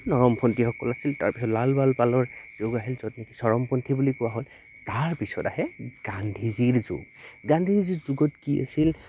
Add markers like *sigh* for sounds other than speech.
*unintelligible* সকল আছিল তাৰপিছত লাল বাল পালৰ যুগ আহিল য'ত নেকি চৰমপন্ঠী বুলি কোৱা হ'ল তাৰপিছত আহে গান্ধীজীৰ যুগ গান্ধীজীৰ যুগত কি আছিল